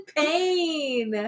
pain